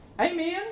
Amen